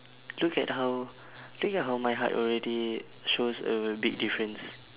look at how look at how my height already shows a big difference